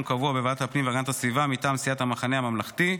קבוע בוועדת הפנים והגנת הסביבה מטעם סיעת המחנה הממלכתי.